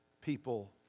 people